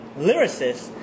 lyricist